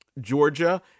Georgia